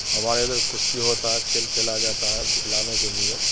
ہمارے ادھر کشتی ہوتا ہے کھیل کھیلا جاتا ہے وکلانگوں کے لیے